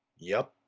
yep.